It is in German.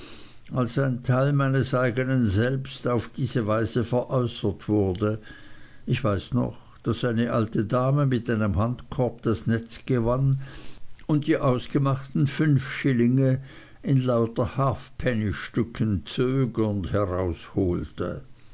als ein teil meines eignen selbsts auf diese weise veräußert wurde ich weiß noch daß eine alte dame mit einem handkorb das netz gewann und die ausgemachten fünf schillinge in lauter halfpennystücken zögernd herausholte